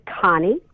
Connie